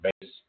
base